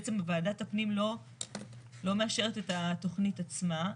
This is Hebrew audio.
בעצם ועדת הפנים לא מאשרת את התכנית עצמה.